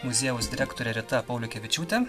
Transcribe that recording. muziejaus direktorė rita pauliukevičiūtė